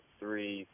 three